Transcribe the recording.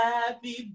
Happy